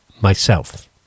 Myself